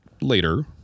later